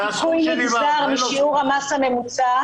הסכום שדיברנו, שיעור המס הממוצע